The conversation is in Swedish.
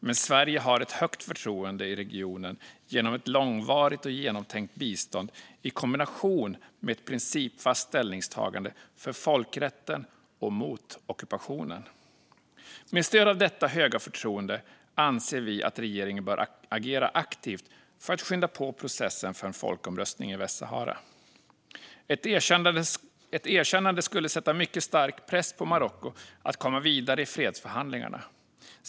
Men Sverige har ett högt förtroende i regionen genom ett långvarigt och genomtänkt bistånd i kombination med ett principfast ställningstagande för folkrätten och mot ockupationen. Med stöd av detta höga förtroende anser vi att regeringen bör agera aktivt för att skynda på processen för en folkomröstning i Västsahara. Ett erkännande skulle sätta mycket stark press på Marocko att komma vidare i fredsförhandlingarna.